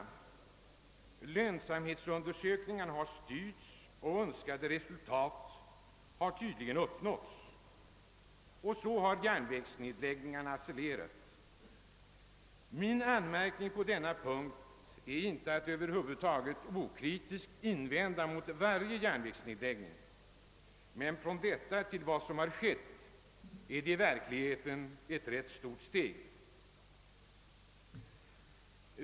Lönsamhetsundersökningarna har styrts, och önskade resultat har tydligen uppnåtts. Så har järnvägsnedläggningarna accelererat. Jag vill inte okritiskt invända mot varje järnvägsnedläggning, men från denna ståndpunkt till att acceptera vad som skett är det verkligen ett rätt stort steg.